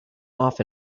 off